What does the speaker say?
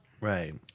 Right